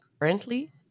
currently